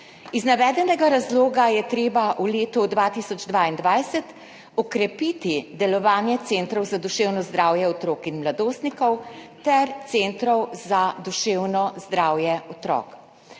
Iz navedenega razloga je treba v letu 2022 okrepiti delovanje centrov za duševno zdravje otrok in mladostnikov ter centrov za duševno zdravje otrok.